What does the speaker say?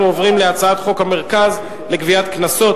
אנחנו עוברים להצעת חוק המרכז לגביית קנסות,